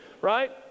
right